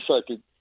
second